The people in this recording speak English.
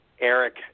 Eric